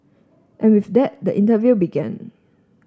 and with that the interview began